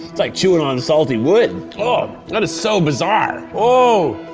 like chewing on salty wood. oh, that is so bizarre! oh,